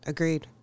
Agreed